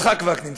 יצחק וקנין.